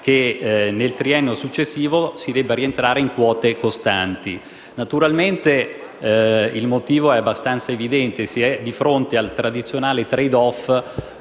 che nel triennio successivo si debba rientrare in quote costanti. Naturalmente il motivo è abbastanza evidente: si è di fronte al tradizionale *trade off*